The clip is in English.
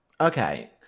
Okay